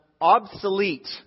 obsolete